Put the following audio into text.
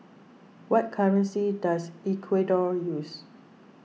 what currency does Ecuador use